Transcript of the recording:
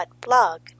blog